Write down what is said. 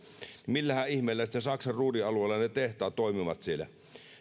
niin millähän ihmeellä sitten saksan ruhrin alueella ne tehtaat toimivat